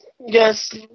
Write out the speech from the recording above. Yes